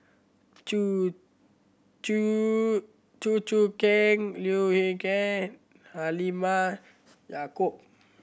Chew Choo Chew Choo Keng Leu Yew Chye Halimah Yacob